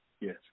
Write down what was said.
yes